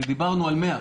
ודיברנו על 100,